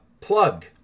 plug